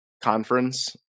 conference